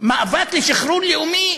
מאבק לשחרור לאומי